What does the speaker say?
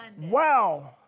Wow